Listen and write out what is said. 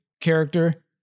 Character